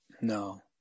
No